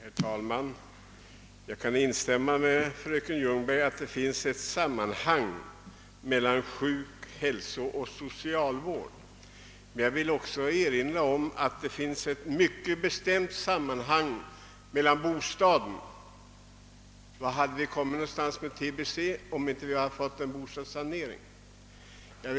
Herr talman! Jag kan instämma med fröken Ljungberg att det finns ett samband mellan sjuk-, hälsooch socialvård men vill erinra om att det också finns ett mycket bestämt samband med bostaden. Vad hade vi kunnat göra åt tbe om det inte skett en bostadssanering?